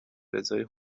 رضای